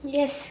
yes